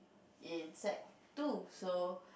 in sec two so